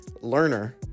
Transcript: learner